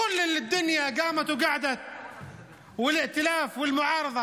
כאשר הבאנו אותו לכנסת שהייתה בשנת 2021,